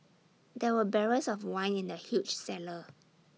there were barrels of wine in the huge cellar